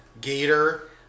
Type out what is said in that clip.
Gator